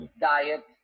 diet